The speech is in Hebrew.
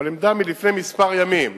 אבל זו עמדה מלפני כמה ימים,